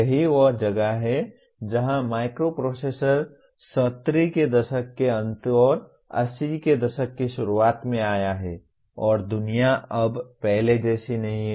यही वह जगह है जहाँ माइक्रोप्रोसेसर 70 के दशक के अंत और 80 के दशक की शुरुआत में आया है और दुनिया अब पहले जैसी नहीं है